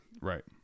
Right